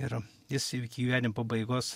ir jis iki gyvenimo pabaigos